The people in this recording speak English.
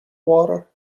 water